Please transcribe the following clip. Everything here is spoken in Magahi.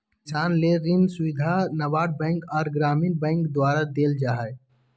किसान ले ऋण सुविधा नाबार्ड बैंक आर ग्रामीण बैंक द्वारा देल जा हय